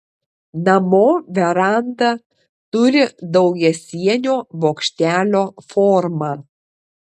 namo veranda turi daugiasienio bokštelio formą